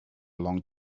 long